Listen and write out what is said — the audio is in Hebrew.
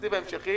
התקציב ההמשכי.